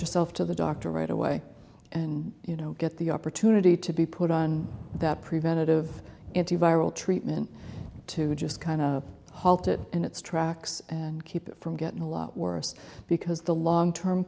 yourself to the doctor right away and you know get the opportunity to be put on the preventative antiviral treatment to just kind of halt it and its trucks and keep it from getting a lot worse because the long term